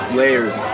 layers